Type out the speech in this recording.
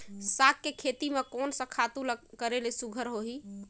साग के खेती म कोन स खातु ल करेले सुघ्घर होही?